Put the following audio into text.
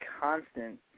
constant